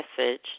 message